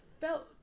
felt